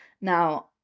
Now